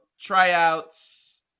tryouts